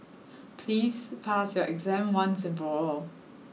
please pass your exam once and for all